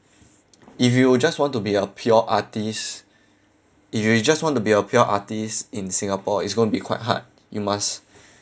if you just want to be a pure artist if you just want to be a pure artist in singapore is gonna be quite hard you must